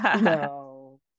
No